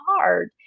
hard